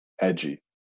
edgy